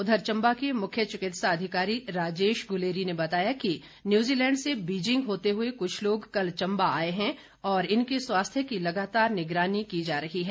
उधर चम्बा के मुख्य चिकित्सा अधिकारी राजेश गुलेरी ने बताया कि न्यूजीलैंड से बीजिंग होते हुए कुछ लोग कल चम्बा आए हैं और इनके स्वास्थ्य की लगातार निगरानी की जा रही है